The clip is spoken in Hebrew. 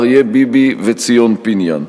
אריה ביבי וציון פיניאן.